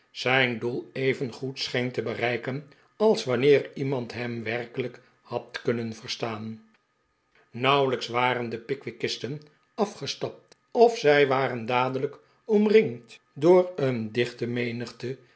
zijn doel evengoed seheen te bereiken als wanneer iemand hem werkelijk had kunnen verstaan nauwelijks waren de pickwickisten afgestapt of zij waren dadelijk omringd door een dichte menigte